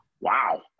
Wow